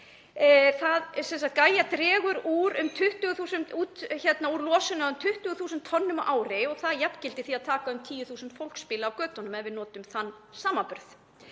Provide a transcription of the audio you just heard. GAJA dregur úr losun sem nemur um 20.000 tonnum á ári og það jafngildir því að taka um 10.000 fólksbíla af götunum ef við notum þann samanburð.